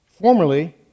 formerly